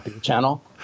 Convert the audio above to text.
Channel